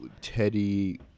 Teddy